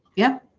yeah,